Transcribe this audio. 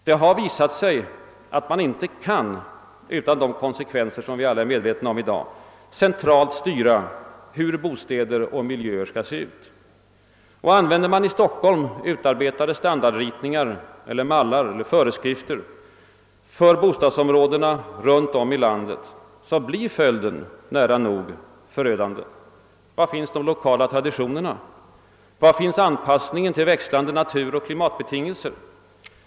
Det har visat sig att man inte kan, utan de konsekvenser som vi alla i dag är medvetna om, centralt styra hur bostäder och miljöer skall se ut. Använder man i Stockholm utarbetade standardritningar som mallar för bostadsområden runt om i landet blir följderna nära nog förödande. Var finns de lokala traditionerna? Var finns anpassningen till växlande naturoch klimatbetingelser?